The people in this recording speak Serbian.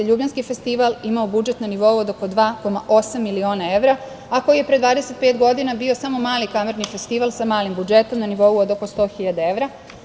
Ljubljanski festival imao budžet na nivou od oko 2,8 miliona evra, a koji je pre 25 godina bio samo mali kamerni festival, sa malim budžetom na nivou od oko 100.000 evra.